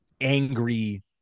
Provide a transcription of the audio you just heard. angry